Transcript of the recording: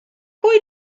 pwy